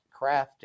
crafting